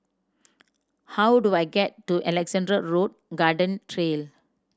how do I get to Alexandra Road Garden Trail